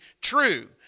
true